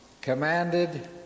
commanded